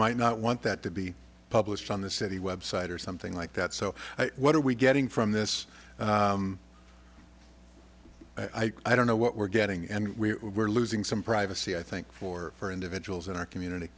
might not want that to be published on the city website or something like that so what are we getting from this i don't know what we're getting and we were losing some privacy i think for for individuals in our community